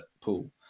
pool